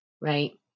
right